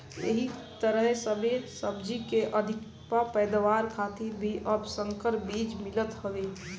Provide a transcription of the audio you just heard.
एही तरहे सब सब्जी के अधिका पैदावार खातिर भी अब संकर बीज मिलत हवे